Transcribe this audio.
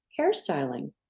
hairstyling